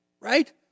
Right